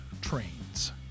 trains